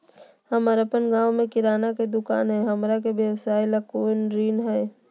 हमर अपन गांव में किराना के दुकान हई, हमरा के व्यवसाय ला कोई ऋण हई?